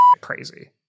crazy